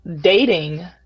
dating